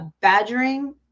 badgering